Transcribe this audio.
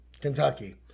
Kentucky